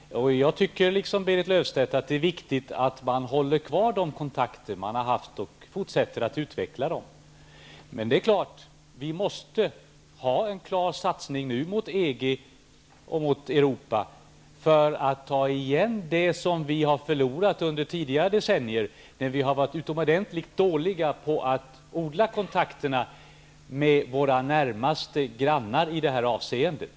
Jag tycker liksom Berit Löfstedt att det är viktigt att man håller kvar de kontakter man har haft och fortsätter att utveckla dem. Men vi måste ha en klar satsning mot EG och Europa nu, för att ta igen det som vi har förlorat under tidigare decennier, när vi har varit utomordentligt dåliga på att odla kontakterna med våra närmaste grannar i det här avseendet.